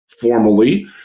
formally